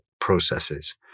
processes